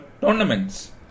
tournaments